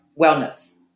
wellness